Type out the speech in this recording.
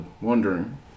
wondering